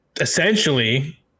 essentially –